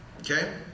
Okay